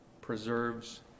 preserves